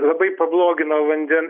labai pablogino vanden